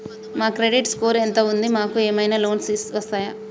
మా credit score ఎంత ఉంది? మాకు ఏమైనా లోన్స్ వస్తయా?